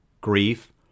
grief